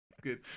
Good